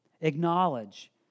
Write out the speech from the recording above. Acknowledge